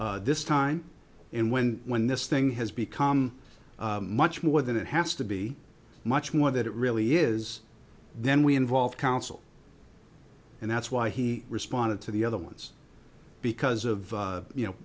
this time and when when this thing has become much more than it has to be much more that it really is then we involve council and that's why he responded to the other ones because of you